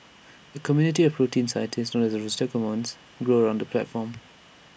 A community of protein scientists known as the Rosetta Commons grew around the platform